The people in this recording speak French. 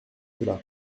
cela